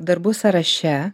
darbų sąraše